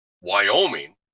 wyoming